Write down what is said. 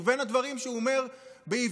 ובין הדברים שהוא אומר בעברית,